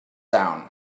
down